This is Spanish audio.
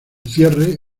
cierre